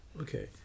Okay